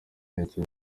nicyo